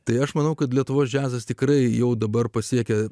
tai aš manau kad lietuvos džiazas tikrai jau dabar pasiekia